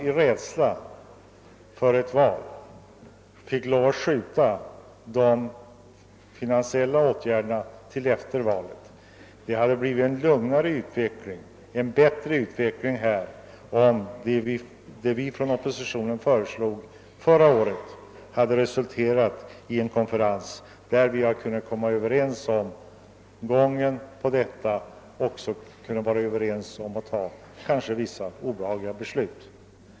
I rädsla för valutgången uppsköt man de finansiella åtgärderna till efter valet, men det hade blivit en lugnare och bättre utveckling, om det, såsom oppositionen föreslog förra året, hade anordnats en konferens där vi kommit överens om gången av det hela och kanske också om vissa obehagliga beslut.